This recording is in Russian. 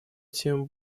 тем